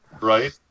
Right